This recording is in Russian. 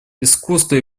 искусство